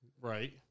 right